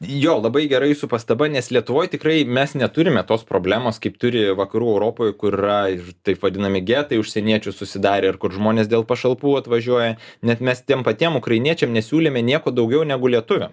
jo labai gerai su pastaba nes lietuvoj tikrai mes neturime tos problemos kaip turi vakarų europoe kur yra ir taip vadinami getai užsieniečių susidarę ir kur žmonės dėl pašalpų atvažiuoja net mes tiem patiem ukrainiečiam nesiūlėme nieko daugiau negu lietuviam